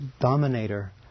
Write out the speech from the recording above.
dominator